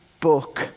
book